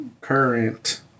current